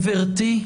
גברתי,